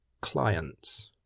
clients